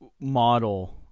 model